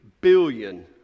billion